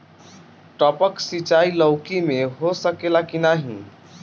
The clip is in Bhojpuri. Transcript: टपक सिंचाई लौकी में हो सकेला की नाही?